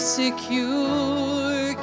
secure